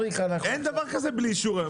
אין דבר כזה בלי אישור היום.